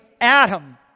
Adam